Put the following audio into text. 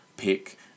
pick